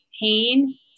pain